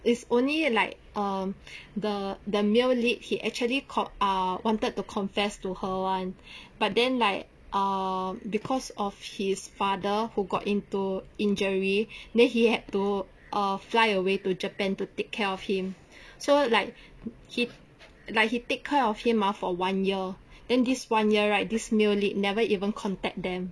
is only like um the the male lead he actually called ah wanted to confess to her [one] but then like um because of his father who got into injury then he had to err fly away to japan to take care of him so like he like he take care of him ah for one year then this one year right this male lead never even contact them